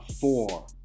Four